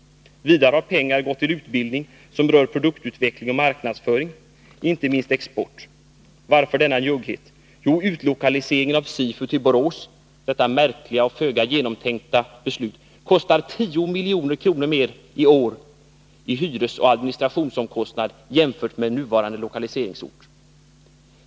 Vidare har pengar gått till utbildning som rör produktutveckling och marknadsföring, inte minst export. Varför denna njugghet? Jo, utlokaliseringen av SIFU till Borås — detta märkliga och föga genomtänkta beslut — kostar 10 milj.kr. mer per år i hyresoch administrationskostnad jämfört med vad som är fallet på nuvarande lokaliseringsort.